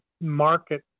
market